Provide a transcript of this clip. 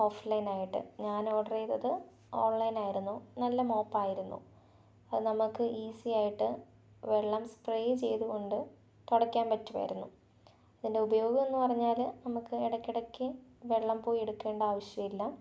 offline ആയിട്ടു ഞാൻ order ചെയ്തത് ഓൺലൈൻ ആയിരുന്നു നല്ല മോപ്പായിരുന്നു അതു നമുക്ക് ഈസി ആയിട്ടു വെള്ളം സ്പ്രേ ചെയ്തു കൊണ്ട് തുടക്കാൻ പറ്റുമായിരുന്നു അതിൻ്റെ ഉപയോഗം എന്നു പറഞ്ഞാൽ നമുക്ക് ഇടക്ക് ഇടക്ക് വെള്ളം പോയി എടുക്കേണ്ട ആവശ്യം ഇല്ല